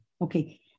okay